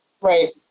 right